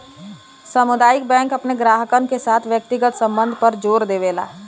सामुदायिक बैंक अपने ग्राहकन के साथ व्यक्तिगत संबध पर जोर देवला